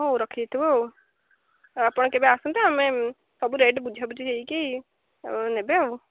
ହଉ ରଖି ଦେଇଥିବୁ ଆଉ ଆପଣ କେବେ ଆସନ୍ତୁ ଆମେ ସବୁ ରେଟ୍ ବୁଝାବୁଝି ହେଇକି ନେବେ ଆଉ